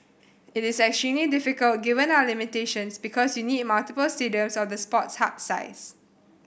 it is extremely difficult given our limitations because you need multiple stadiums of the Sports Hub size